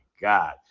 God